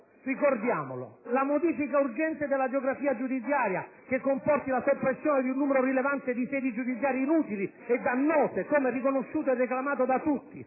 proposto la modifica urgente della geografia giudiziaria, che comporti la soppressione di un numero rilevante di sedi giudiziarie inutili e dannose, come riconosciuto e reclamato da tutti;